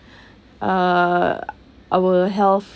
uh our health